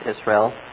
Israel